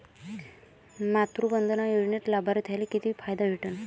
मातृवंदना योजनेत लाभार्थ्याले किती फायदा भेटन?